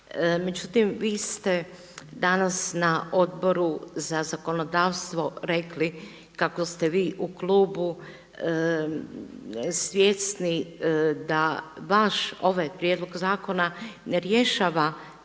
Međutim, vi ste danas na Odboru za zakonodavstvo rekli kako ste vi u klubu svjesni da baš ovaj prijedlog zakona ne rješava